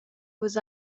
vus